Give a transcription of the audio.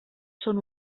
són